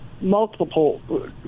multiple